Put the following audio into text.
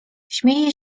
śmieje